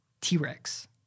T-Rex